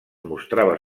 mostrava